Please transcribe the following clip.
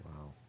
Wow